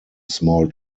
small